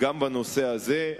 גם בנושא הזה.